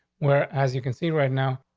where, as you can see right now,